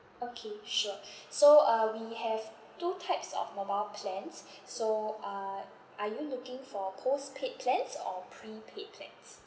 okay sure so uh we have two types of mobile plans so uh are you looking for postpaid plans or prepaid plans